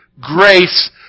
grace